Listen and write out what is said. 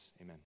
Amen